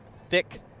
thick